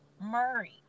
Murray